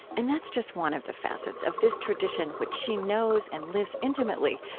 and that's just one of the facets of this tradition, which she knows and lives intimately,